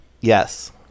Yes